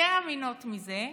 יותר אמינות מזה,